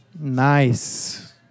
Nice